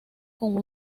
con